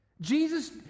jesus